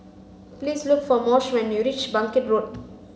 please look for Moshe when you reach Bangkit Road